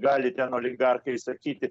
gali ten oligarchai sakyti